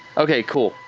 okay, cool.